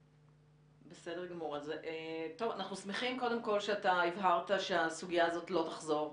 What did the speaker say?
אנחנו שמחים קודם כל שאתה הבהרת שהסוגיה הזאת לא תחזור.